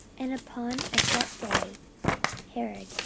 and upon a set day herod,